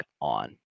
on